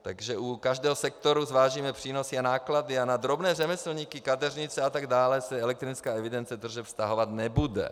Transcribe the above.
Takže u každého sektoru zvážíme přínosy a náklady a na drobné řemeslníky, kadeřnice atd. se elektronická evidence tržeb vztahovat nebude.